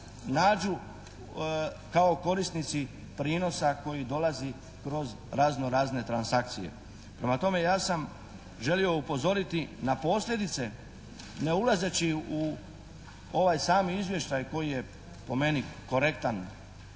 nađu kao korisnici prinosa koji dolazi kroz razno razne transakcije. Prema tome, ja sam želio upozoriti na posljedice ne ulazeći u ovaj sami izvještaj koji je po meni korektan,